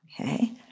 okay